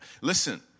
Listen